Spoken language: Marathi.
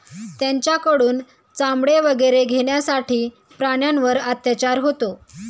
त्यांच्याकडून चामडे वगैरे घेण्यासाठी प्राण्यांवर अत्याचार होतो